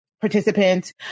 participants